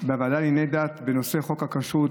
לענייני דת בנושא חוק הכשרות,